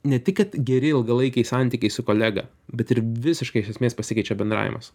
ne tik kad geri ilgalaikiai santykiai su kolega bet ir visiškai iš esmės pasikeičia bendravimas